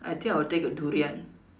I think I'll take a durian